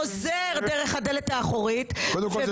חוזר דרך הדלת האחורית --- קודם כל,